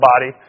body